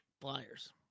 Flyers